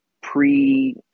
pre